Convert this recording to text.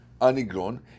anigron